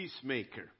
peacemaker